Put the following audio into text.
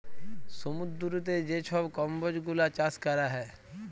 সমুদ্দুরেতে যে ছব কম্বজ গুলা চাষ ক্যরা হ্যয়